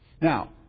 Now